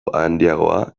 handiagoa